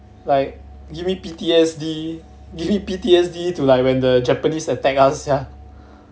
like give me P_T_S_D give me P_T_S_D to like when the japanese attack us sia